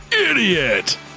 idiot